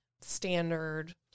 standard